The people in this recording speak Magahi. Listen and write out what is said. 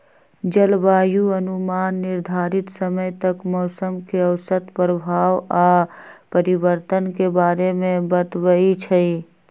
जलवायु अनुमान निर्धारित समय तक मौसम के औसत प्रभाव आऽ परिवर्तन के बारे में बतबइ छइ